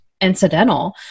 incidental